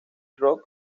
rob